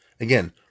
Again